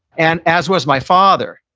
and as was my father.